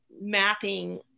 mapping